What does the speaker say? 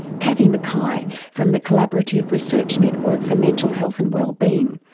kathy mckay from the collaborative research network for mental health and wellbeing,